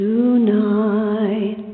Tonight